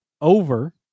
over